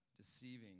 deceiving